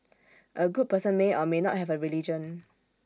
A good person may or may not have A religion